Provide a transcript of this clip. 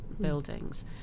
buildings